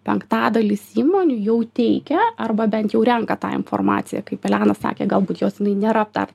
penktadalis įmonių jau teikia arba bent jau renka tą informaciją kaip elena sakė galbūt jos jinai nėra dar